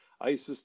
ISIS